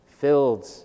filled